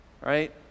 right